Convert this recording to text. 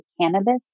Cannabis